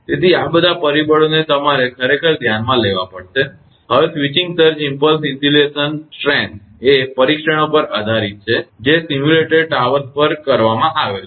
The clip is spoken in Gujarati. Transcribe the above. તેથી આ બધા પરિબળોને તમારે ખરેખર ધ્યાનમાં લેવા પડશે હવે સ્વિચિંગ સર્જ ઇમ્પલ્સ ઇન્સ્યુલેશન તાકાત એ પરીક્ષણો પર આધારિત છે જે સિમ્યુલેટેડ ટાવર્સ પર કરવામાં આવે છે